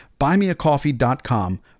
buymeacoffee.com